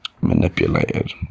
manipulated